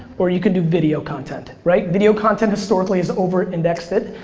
or you can do video content, right? video content historically is over indexed it,